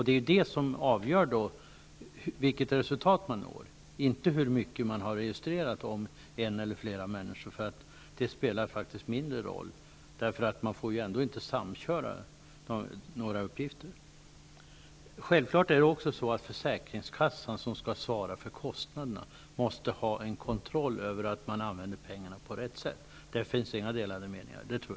Det är ju det som blir avgörande för resultatet. Avgörande är inte hur mycket som registrerats om en eller flera människor. Det senare spelar faktiskt mindre roll. Man får ändå inte samköra uppgifter. Självklart måste försäkringskassan, som har att svara för kostnaderna, ha kontroll över pengarna, så att dessa används på rätt sätt. Jag tror inte att det råder delade meningar därom.